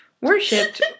worshipped